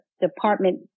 department